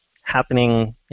happening